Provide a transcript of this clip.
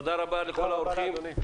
תודה לכל האורחים.